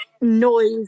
noise